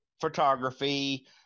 photography